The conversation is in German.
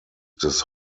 des